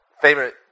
favorite